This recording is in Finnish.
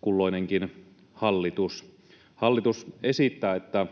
kulloinenkin hallitus. Hallitus esittää, että